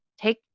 take